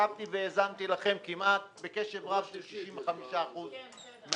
ישבתי והאזנתי לכם בקשב רב כמעט 95% מהישיבות.